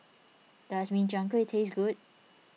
does Min Chiang Kueh taste good